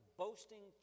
boasting